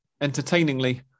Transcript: entertainingly